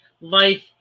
life